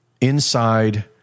inside